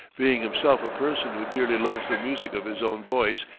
being himself a person who dearly loves the music of his own voice,